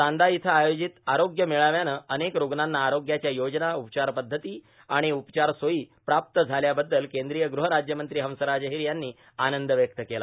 चांदा इथं आयोजित आरोग्य मेळाव्याने अनेक रुग्णांना आरोग्याच्या योजना उपचार पध्दती आर्आण उपचार सोयी प्राप्त झाल्याबद्दल कद्रिय गृहराज्यमंत्री हंसराज र्आहर यांनी आनंद व्यक्त केला